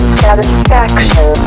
satisfaction